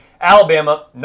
Alabama